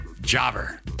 Jobber